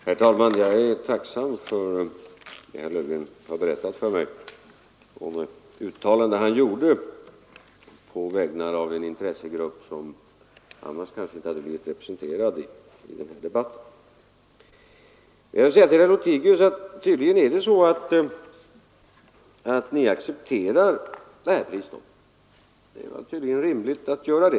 Herr talman! Jag är tacksam för det herr Löfgren har berättat för mig och det uttalande han gjort på vägnar av en intressegrupp som kanske annars inte hade blivit representerad i denna debatt. Tydligen accepterar Ni det här prisstoppet, herr Lothigius. Det var tydligen rimligt att införa det.